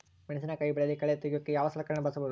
ಮೆಣಸಿನಕಾಯಿ ಬೆಳೆಯಲ್ಲಿ ಕಳೆ ತೆಗಿಯೋಕೆ ಯಾವ ಸಲಕರಣೆ ಬಳಸಬಹುದು?